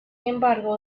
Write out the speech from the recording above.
embargo